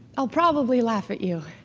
i'll probably laugh at you.